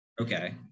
Okay